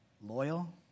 Loyal